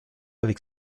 avec